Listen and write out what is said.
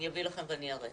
אני אביא לכם ואני אראה,